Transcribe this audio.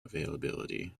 availability